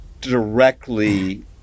directly